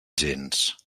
gens